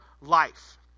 life